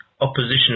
opposition